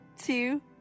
two